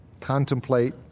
contemplate